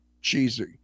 cheesy